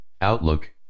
Outlook